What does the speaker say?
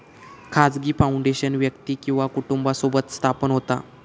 खाजगी फाउंडेशन व्यक्ती किंवा कुटुंबासोबत स्थापन होता